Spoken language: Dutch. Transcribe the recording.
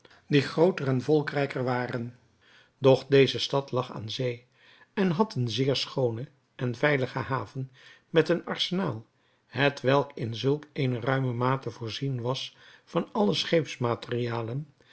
die grooter en volkrijker waren doch deze stad lag aan zee en had eene zeer schoone en veilige haven met een arsenaal hetwelk in zulk eene ruime mate voorzien was van alle